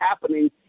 happening